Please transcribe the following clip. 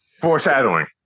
Foreshadowing